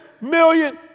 million